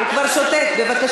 להפריע.